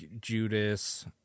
Judas